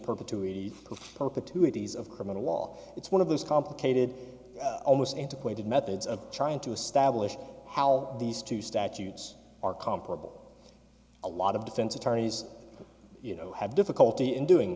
properties of criminal law it's one of those complicated almost antiquated methods of trying to establish how these two statutes are comparable a lot of defense attorneys you know have difficulty in doing